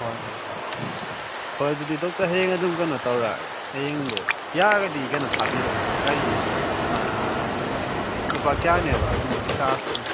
ꯍꯣꯏ ꯍꯣꯏ ꯍꯣꯏ ꯍꯣꯏ ꯑꯗꯨꯗꯤ ꯗꯣꯛꯇꯔ ꯍꯌꯦꯡ ꯑꯗꯨꯝ ꯀꯩꯅꯣ ꯇꯧꯔꯛꯑꯒꯦ ꯍꯌꯦꯡꯗꯣ ꯌꯥꯔꯒꯗꯤ ꯀꯩꯅꯣ ꯊꯥꯕꯤꯔꯛꯑꯣ ꯒꯥꯔꯤꯗꯣ ꯂꯨꯄꯥ ꯀꯌꯥꯅꯦꯕ ꯀꯩꯅꯣꯒꯤ ꯆꯥꯔꯖꯀꯤ